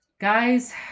guys